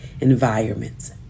environments